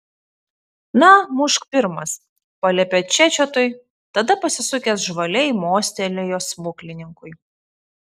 na mušk pirmas paliepė čečiotui tada pasisukęs žvaliai mostelėjo smuklininkui